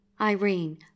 Irene